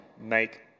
make